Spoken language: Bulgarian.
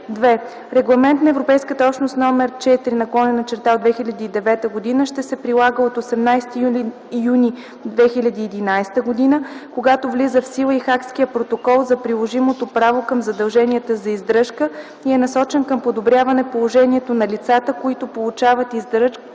II. Регламент на Европейската общност № 4/2009 ще се прилага от 18 юни 2011 г., когато влиза в сила и Хагският протокол за приложимото право към задълженията за издръжка, и е насочен към подобряване положението на лицата, които получават издръжка,